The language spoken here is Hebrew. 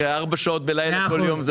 אחרי ארבע שעות בלילה כל יום.